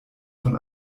von